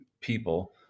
people